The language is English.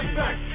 back